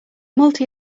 multi